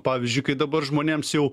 pavyzdžiui kai dabar žmonėms jau